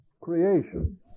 creation